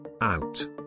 out